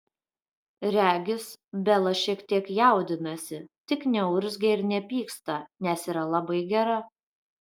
regis bela šiek tiek jaudinasi tik neurzgia ir nepyksta nes yra labai gera